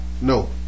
No